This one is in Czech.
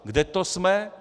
Kde to jsme?